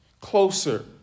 closer